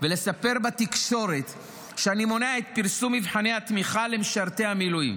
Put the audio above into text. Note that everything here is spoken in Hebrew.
ולספר בתקשורת שאני מונע את פרסום מבחני התמיכה למשרתי המילואים.